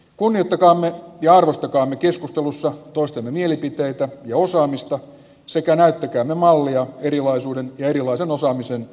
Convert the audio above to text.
kun he takaamme ja arvostakaamme keskustelussa toistemme mielipiteitä osaamista sekä näyttäkää mallia erilaisuuden ja erilaisen osaamisen